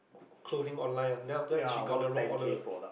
clothing online ah then after that she got the wrong order